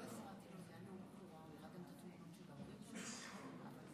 ברגעים האלה, האמירה הזאת אפילו יותר חשובה מאשר